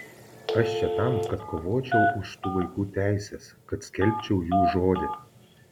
aš čia tam kad kovočiau už tų vaikų teises kad skelbčiau jų žodį